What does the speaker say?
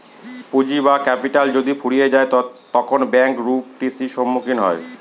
পুঁজি বা ক্যাপিটাল যদি ফুরিয়ে যায় তখন ব্যাঙ্ক রূপ টি.সির সম্মুখীন হয়